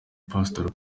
pasitori